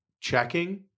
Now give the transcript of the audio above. checking